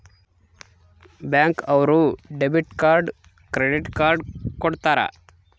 bank ಅವ್ರು debit card credit card ಕೊಡ್ತಾರ